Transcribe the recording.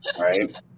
right